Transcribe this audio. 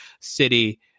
city